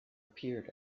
appeared